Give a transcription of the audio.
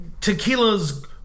Tequila's